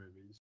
movies